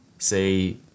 Say